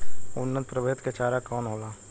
उन्नत प्रभेद के चारा कौन होला?